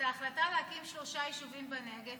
את ההחלטה להקים שלושה יישובים בנגב